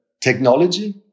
technology